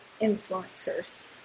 influencers